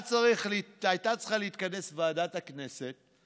הייתה צריכה להתכנס ועדת הכנסת,